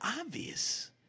obvious